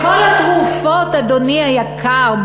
בכל התרופות, אדוני היקר.